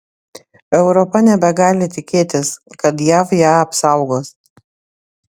europa nebegali tikėtis kad jav ją apsaugos